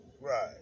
Right